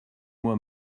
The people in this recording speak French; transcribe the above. moi